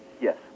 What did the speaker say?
Yes